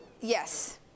yes